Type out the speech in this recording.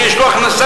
שיש לו הכנסה,